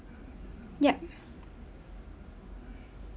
yup